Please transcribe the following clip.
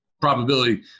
Probability